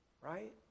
right